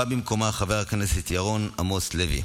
בא במקומה חבר הכנסת ירון עמוס לוי.